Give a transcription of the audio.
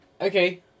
okay